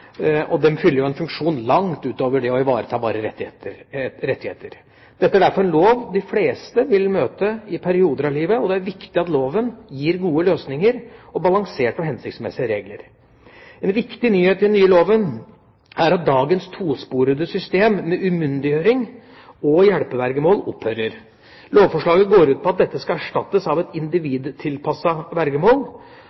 og de fyller en funksjon langt utover det å ivareta rettigheter. Dette er altså en lov de fleste vil møte i perioder av livet, og det er viktig at loven gir gode løsninger og balanserte og hensiktsmessige regler. En viktig nyhet i den nye loven er at dagens tosporede system med umyndiggjøring og hjelpevergemål opphører. Lovforslaget går ut på at dette skal erstattes av et